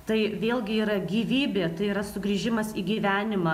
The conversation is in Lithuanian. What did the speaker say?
tai vėlgi yra gyvybė tai yra sugrįžimas į gyvenimą